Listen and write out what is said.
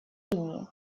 линии